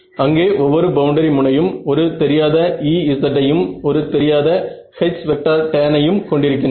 அங்கே இப்போது ஒவ்வொரு பவுண்டரி முனையும் ஒரு தெரியாத Ez யும் ஒரு தெரியாத Htan யும் கொண்டிருக்கின்றன